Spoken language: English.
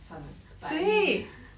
算了 but anyway